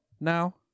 now